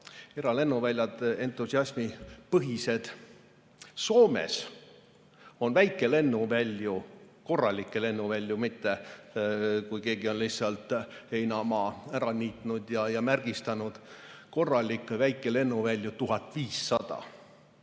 eralennuväljad, entusiasmipõhised. Soomes on väikelennuvälju, korralikke lennuvälju, mitte selliseid, kus keegi on lihtsalt heinamaa ära niitnud ja märgistanud, vaid korralikke väikelennuvälju 1500.